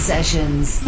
sessions